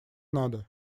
надо